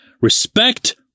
respect